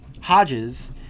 Hodges